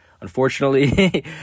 unfortunately